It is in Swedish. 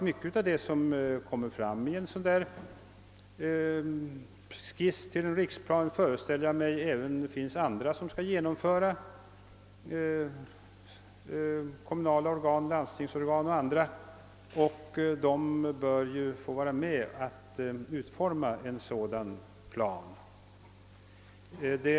Mycket av det som tas med i en skiss till riksplan skall, föreställer jag mig, genomföras av kommunala organ, landstingsorgan och andra, och då bör ju dessa få vara med om utformningen av planen.